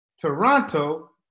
Toronto